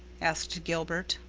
asked gilbert.